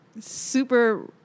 super